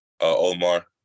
Omar